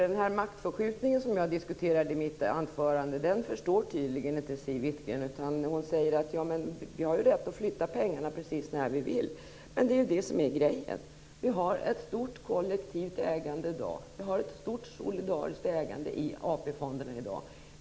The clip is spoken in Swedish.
Den maktförskjutning som jag diskuterade i mitt anförande förstår Siw Wittgren-Ahl tydligen inte. Hon säger att vi har rätt att flytta pengarna precis när vi vill. Men det är ju det som är grejen! Vi har ett stort kollektivt ägande i dag. Vi har ett stort solidariskt ägande i AP-fonderna i dag.